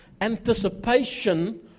anticipation